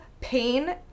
pain